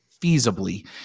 feasibly